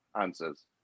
answers